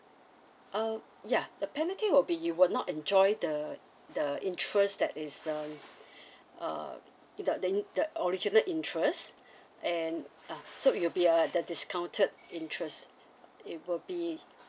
uh ya the penalty will be you will not enjoy the the interest that is the uh the in the original interest and ah so it'll be a the discounted interests it would be